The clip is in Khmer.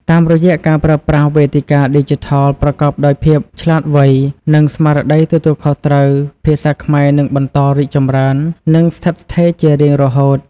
តាមរយៈការប្រើប្រាស់វេទិកាឌីជីថលប្រកបដោយភាពឆ្លាតវៃ និងស្មារតីទទួលខុសត្រូវ ភាសាខ្មែរនឹងបន្តរីកចម្រើន និងស្ថិតស្ថេរជារៀងរហូត។